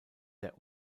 der